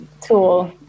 tool